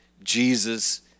jesus